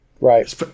Right